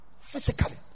Physically